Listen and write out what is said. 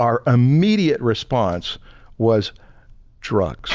our immediate response was drugs.